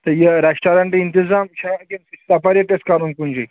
تہٕ یہِ ریسٹوُرنٛٹ اِنتِظام چھا کِنہٕ سیپاریٖٹ اَسہِ کَرُن کُنہِ جایہِ